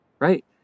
right